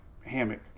hammock